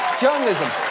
journalism